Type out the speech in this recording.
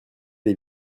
les